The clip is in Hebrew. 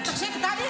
תעשו משבר על זה.